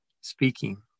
speaking